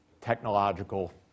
technological